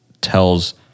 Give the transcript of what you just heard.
tells